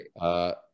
Right